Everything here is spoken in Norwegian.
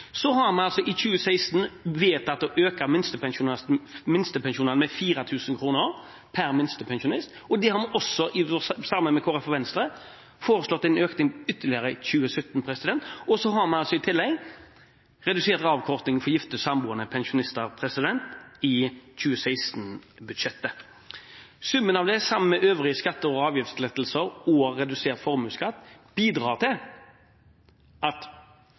I 2016 har vi vedtatt å øke minstepensjonen med 4 000 kr per minstepensjonist. Vi har også i samarbeid med Kristelig Folkeparti og Venstre foreslått en ytterligere økning i 2017. Så har vi i tillegg redusert avkortningen for gifte/samboende pensjonister i 2016-budsjettet. Summen av dette sammen med de øvrige skatte- og avgiftslettelser og redusert formuesskatt bidrar til at